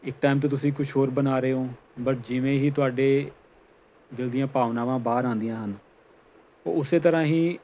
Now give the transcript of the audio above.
ਇੱਕ ਟਾਈਮ 'ਤੇ ਤੁਸੀਂ ਕੁਝ ਹੋਰ ਬਣਾ ਰਹੇ ਓਂ ਬਟ ਜਿਵੇਂ ਹੀ ਤੁਹਾਡੇ ਦਿਲ ਦੀਆਂ ਭਾਵਨਾਵਾਂ ਬਾਹਰ ਆਉਂਦੀਆਂ ਹਨ ਉਹ ਉਸੇ ਤਰ੍ਹਾਂ ਹੀ